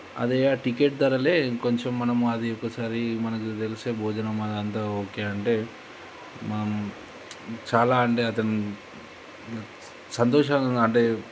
అదే ఆ టిక్కెట్ ధరలే కొంచెం మనము అది ఒకసారి మనకు తెలిస్తే భోజనం అది అంతా ఓకే అంటే మనం చాలా అంటే అతను సంతోషంగా అంటే